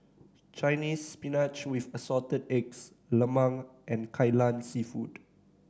Chinese Spinach with Assorted Eggs lemang and Kai Lan Seafood